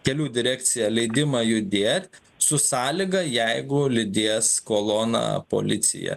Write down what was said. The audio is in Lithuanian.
kelių direkcija leidimą judėt su sąlyga jeigu lydės koloną policija